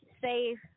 safe